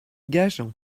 gajan